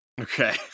Okay